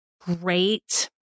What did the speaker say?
great